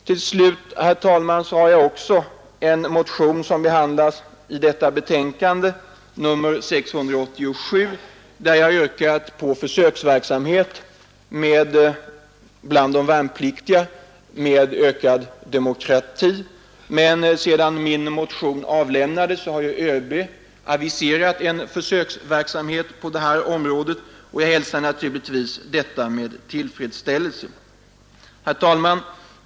Till slut, herr talman, har jag också en motion, nr 687, som behandlas i detta betänkande, där jag yrkat på försöksverksamhet bland de värnpliktiga med ökad demokrati. Sedan min motion avlämnades har ÖB aviserat en försöksverksamhet på det området, och jag hälsar naturligtvis detta med tillfredsställelse. Herr talman!